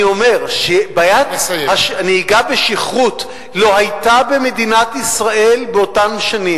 אני אומר שבעיית הנהיגה בשכרות לא היתה במדינת ישראל באותן השנים.